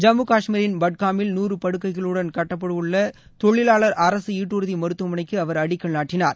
ஜம்மு காஷ்மீரின் பட்காமில் நூறு படுக்கைகளுடன் கட்டப்படவுள்ள தொழிலாளார் அரசு ஈட்டுறதி மருத்துவமனைக்கு அவர் அடிக்கல் நாட்டினார்